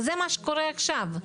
וזה מה שקורה עכשיו.